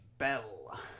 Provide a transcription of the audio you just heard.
Bell